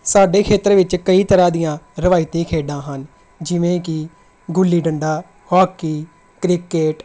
ਸਾਡੇ ਖੇਤਰ ਵਿੱਚ ਕਈ ਤਰ੍ਹਾਂ ਦੀਆਂ ਰਵਾਇਤੀ ਖੇਡਾਂ ਹਨ ਜਿਵੇਂ ਕਿ ਗੁੱਲੀ ਡੰਡਾ ਹੌਕੀ ਕ੍ਰਿਕਟ